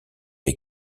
les